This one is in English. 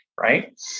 right